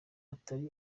atari